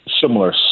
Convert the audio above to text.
similar